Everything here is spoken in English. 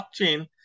blockchain